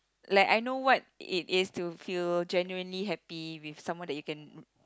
like I know what it is to feel genuinely happy with someone that you can